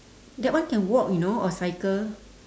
that one can walk you know or cycle